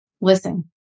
Listen